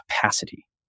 capacity